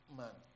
man